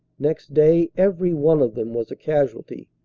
next day everyone of them was a casualty,